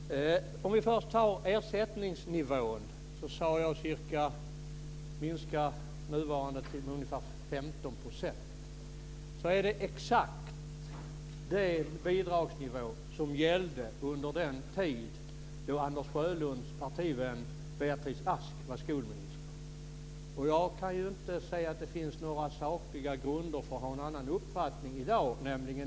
Fru talman! Anders Sjölund har anställt frågesporttävling gentemot de socialdemokratiska företrädarna. Det är lätt att svara på hans frågor, så det ska inte bli fråga om att vinna eller försvinna. Först till ersättningsnivån. Jag talade om en minskning på ungefär 15 %. Det är exakt den bidragsnivå som gällde under den tid då Anders Sjölunds partivän Beatrice Ask var skolminister. Jag kan inte säga att det finns några sakliga grunder för att ha en annan uppfattning i dag.